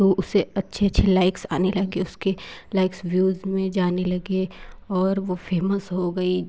तो उसे अच्छे अच्छे लाइक्स आने लगे उसके लाइक्स व्यूज में जाने लगे और वो फेमस हो गई